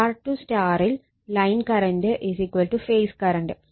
Y Y ൽ line current phase current